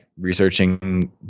researching